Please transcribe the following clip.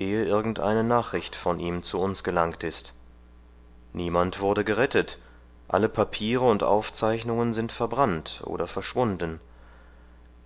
irgendeine nachricht von ihm zu uns gelangt ist niemand wurde gerettet alle papiere und aufzeichnungen sind verbrannt oder verschwunden